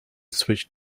switch